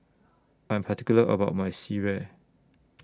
I Am particular about My Sireh